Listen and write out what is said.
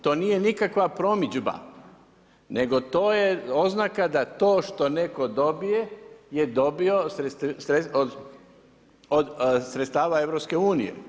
To nije nikakva promidžba nego to je oznaka da to što netko dobije je dobio od sredstava EU.